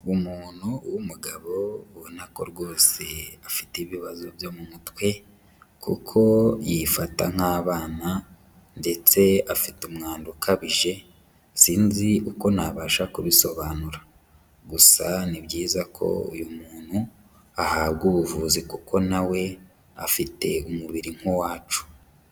Umuntu w'umugabo ubona ko rwose afite ibibazo byo mu mutwe kuko yifata nk'abana ndetse afite umwanda ukabije sinzi uko nabasha kubisobanura, gusa ni byiza ko uyu muntu ahabwa ubuvuzi kuko nawe afite umubiri nk'uwacu.